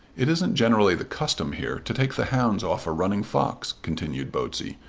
it isn't generally the custom here to take the hounds off a running fox, continued botsey,